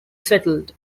settled